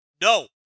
No